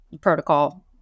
protocol